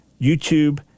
YouTube